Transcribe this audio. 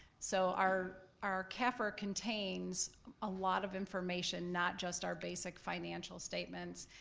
so our our cafr contains a lot of information, not just our basic financial statements,